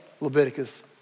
Leviticus